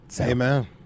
Amen